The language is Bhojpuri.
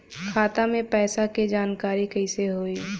खाता मे पैसा के जानकारी कइसे होई?